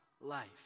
life